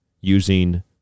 using